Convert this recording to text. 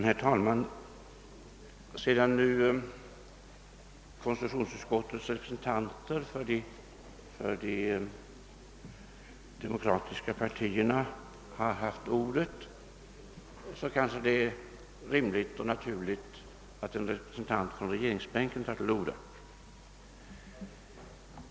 Herr talman! Sedan nu representanter för de demokratiska partiernas ledamöter av konstitutionsutskottet haft ordet är det kanske rimligt och naturligt att en representant för regeringsbänken tar till orda.